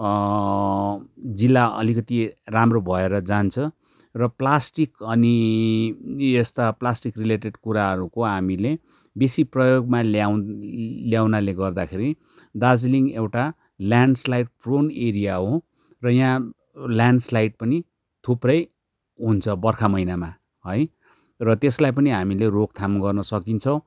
जिल्ला अलिकति राम्रो भएर जान्छ र प्लास्टिक अनि यस्ता प्लास्टिक रिलेटेड कुराहरूको हामीले बेसी प्रयोगमा ल्याउ ल्याउनाले गर्दाखेरि दार्जिलिङ एउटा ल्यान्ड्स्लाइड प्रोन एरिया हो र यहाँ ल्यान्ड्स्लाइड पनि थुप्रै हुन्छ बर्खा महिनामा है र त्यसलाई पनि हामीले रोकथाम गर्नु सक्छौँ